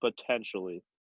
Potentially